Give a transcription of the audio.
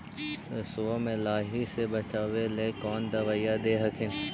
सरसोबा मे लाहि से बाचबे ले कौन दबइया दे हखिन?